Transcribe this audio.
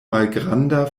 malgranda